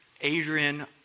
Adrian